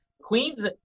Queens